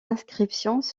inscriptions